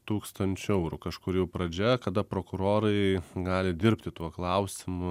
tūkstančių eurų kažkur jau pradžia kada prokurorai gali dirbti tuo klausimu